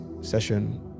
session